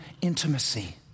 intimacy